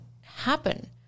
happen